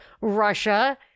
Russia